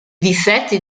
difetti